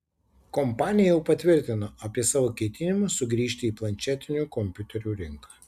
kompanija jau patvirtino apie savo ketinimus sugrįžti į planšetinių kompiuterių rinką